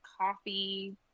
coffee